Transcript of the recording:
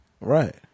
Right